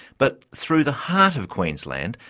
but through the heart of queensland,